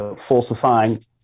falsifying